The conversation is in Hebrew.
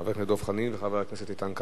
חבר הכנסת דב חנין וחבר הכנסת איתן כבל.